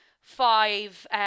five